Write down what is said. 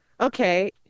okay